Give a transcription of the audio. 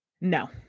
No